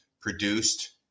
produced